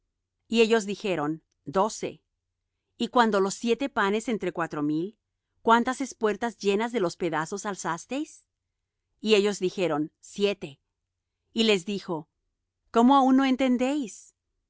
y ellos dijeron doce y cuando los siete panes entre cuatro mil cuántas espuertas llenas de los pedazos alzasteis y ellos dijeron siete y les dijo cómo aún no entendéis